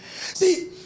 see